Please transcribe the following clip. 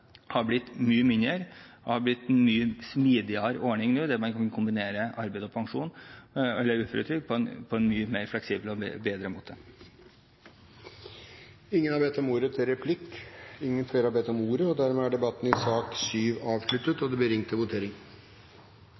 har blitt mindre, og at det nå har blitt mye mer smidige ordninger, der man kan kombinere arbeid og pensjon eller uføretrygd på en mye mer fleksibel og bedre måte. Ingen har bedt om ordet til replikk. Dermed er debatten i sak nr. 7 avsluttet. Da ser det ut til at Stortinget er klar til å gå til votering.